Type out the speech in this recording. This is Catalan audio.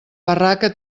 barraca